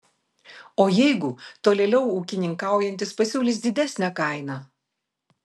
o jeigu tolėliau ūkininkaujantis pasiūlys didesnę kainą